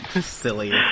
Silly